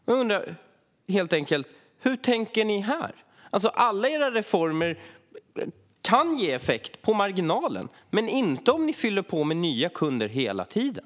Jag undrar helt enkelt: Hur tänker ni här? Alla era reformer kan ge effekt på marginalen men inte om ni fyller på med nya kunder hela tiden.